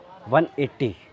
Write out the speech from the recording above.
180